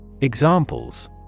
Examples